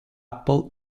apple